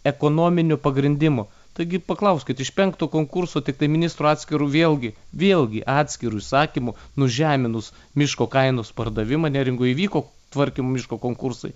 ekonominiu pagrindimu taigi paklauskit iš penkto konkurso tiktai ministro atskiru vėlgi vėlgi atskiru įsakymu nužeminus miško kainos pardavimą neringoj įvyko tvarkymo miško konkursai